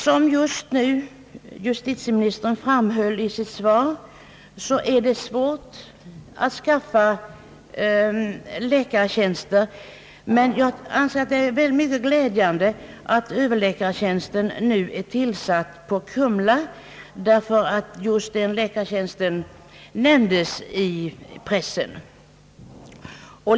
Som justitieministern just nu framhöll 1 sitt svar är det svårt att skaffa läkare, men jag anser att det är mycket glädjande att överläkartjänsten på Kumla nu är tillsatt därför att just den läkartjänsten nämndes i pressen.